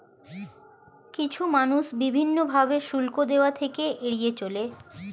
কিছু মানুষ বিভিন্ন ভাবে শুল্ক দেওয়া থেকে এড়িয়ে চলে